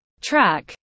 Track